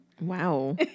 Wow